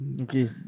Okay